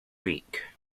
week